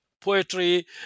Poetry